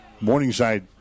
Morningside